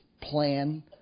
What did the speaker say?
plan